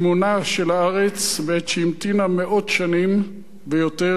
את שיממונה של הארץ בעת שהמתינה מאות שנים ויותר לעם ישראל,